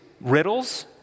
riddles